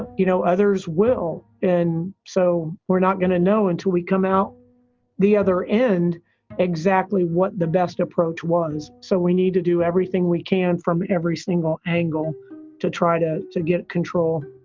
you know, others will. and so we're not going to know until we come out the other end exactly what the best approach was so we need to do everything we can from every single angle to try to to get control